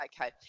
okay